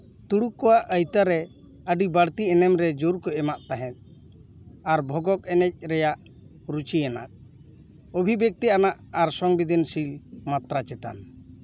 ᱛᱩᱲᱩᱠ ᱠᱚᱣᱟᱜ ᱟᱣᱛᱟᱨᱮ ᱟᱹᱰᱤ ᱵᱟᱹᱲᱛᱤ ᱮᱱᱮᱢ ᱨᱮ ᱡᱳᱨ ᱠᱚ ᱮᱢᱟᱜ ᱛᱟᱦᱮᱫ ᱟᱨ ᱵᱷᱚᱜᱚᱜᱽ ᱮᱱᱮᱡ ᱨᱮᱭᱟᱜ ᱨᱩᱪᱤᱭᱟᱱᱟᱜ ᱟᱵᱷᱤᱵᱮᱠᱛᱤ ᱟᱱᱟᱜ ᱟᱨ ᱥᱚᱝᱵᱤᱫᱤᱱᱥᱤᱞ ᱢᱟᱛᱨᱟ ᱪᱮᱛᱟᱱ